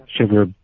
sugar